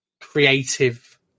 creative